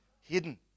Hidden